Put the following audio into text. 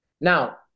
Now